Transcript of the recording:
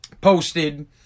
posted